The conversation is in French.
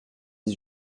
dix